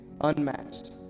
unmatched